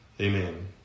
Amen